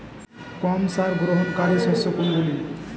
কম সার গ্রহণকারী শস্য কোনগুলি?